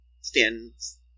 stands